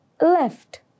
Left